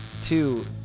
Two